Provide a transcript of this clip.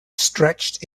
stretched